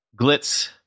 Glitz